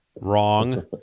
Wrong